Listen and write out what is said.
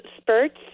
spurts